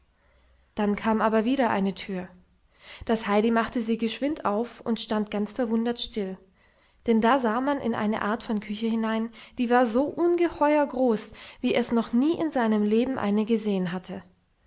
dann kam aber wieder eine tür das heidi machte sie geschwind auf und stand ganz verwundert still denn da sah man in eine art von küche hinein die war so ungeheuer groß wie es noch nie in seinem leben eine gesehen hatte